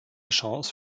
chance